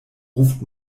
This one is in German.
ruft